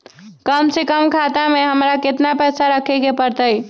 कम से कम खाता में हमरा कितना पैसा रखे के परतई?